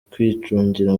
kwicungira